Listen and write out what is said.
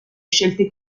scelte